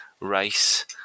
race